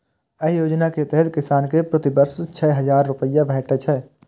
एहि योजना के तहत किसान कें प्रति वर्ष छह हजार रुपैया भेटै छै